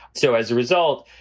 so as a result,